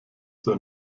zur